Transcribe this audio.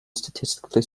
statistically